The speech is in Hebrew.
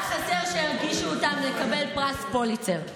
רק חסר שיגישו אותם לקבל פרס פוליצר.